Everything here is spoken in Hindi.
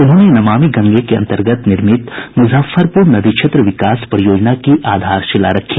उन्होंने नमामि गंगे के अंतर्गत निर्मित मुजफ्फरपुर नदी क्षेत्र विकास परियोजना की आधारशिला रखी